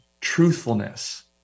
truthfulness